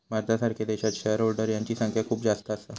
भारतासारख्या देशात share holder यांची संख्या खूप जास्त असा